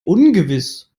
ungewiss